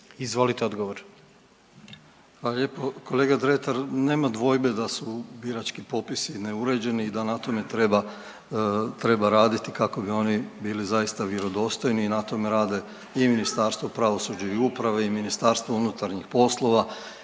Dražen (HDZ)** Hvala lijepo. Kolega Dretar nema dvojbe da su birački popisi neuređeni i da na tome treba raditi kako bi oni bili zaista vjerodostojni i na tome rade i Ministarstvo pravosuđa i uprave i Ministarstvo unutarnjih poslova